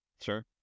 sure